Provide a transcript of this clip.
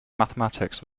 mathematics